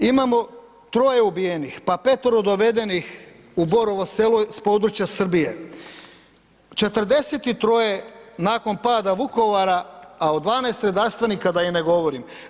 Imamo troje ubijenih, pa petero dovedenih u Borovo Selo sa područja Srbije, 43 nakon pada Vukovara a o 12 redarstvenika da i ne govorim.